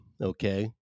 okay